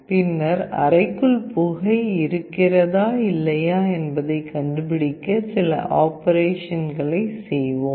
பின்னர் அறைக்குள் புகை இருக்கிறதா இல்லையா என்பதைக் கண்டுபிடிக்க சில ஆபரேஷன்களை செய்வோம்